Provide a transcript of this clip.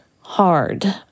hard